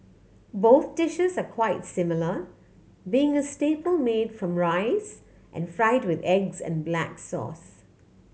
both dishes are quite similar being a staple made from rice and fried with eggs and black sauce